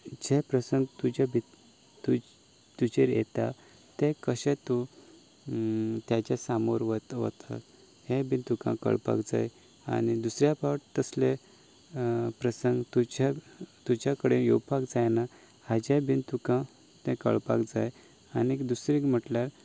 जे प्रसंग तुज्या भितर तूं तुजेर येता तें कशें तूं ताचे समोर वता हें बी तुका कळपाक जाय आनी दुसऱ्या पावट तसलें प्रसंग तुज्या तुज्या कडेन येवपाक जायना हाजें बी तुका तें कळपाक जाय आनीक दुसरें म्हणल्यार